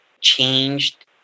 changed